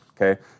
okay